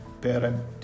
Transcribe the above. parent